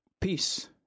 peace